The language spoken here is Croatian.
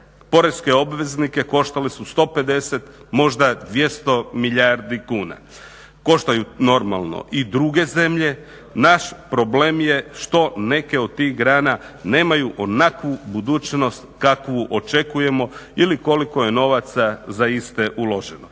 poreske obveznike koštale su 150 možda 200 milijardi kuna. koštaju normalno i druge zemlje, naš problem je što neke od tih grana nemaju onakvu budućnost kakvu očekujemo ili koliko je novaca za iste uloženo.